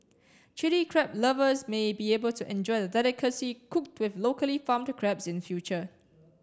Chilli Crab lovers may be able to enjoy the delicacy cooked with locally farmed crabs in future